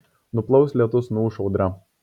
nuplaus lietus nuūš audra